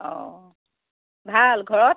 অঁ ভাল ঘৰত